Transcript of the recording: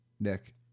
Nick